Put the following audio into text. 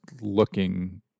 looking